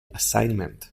assignment